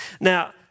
Now